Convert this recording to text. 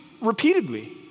repeatedly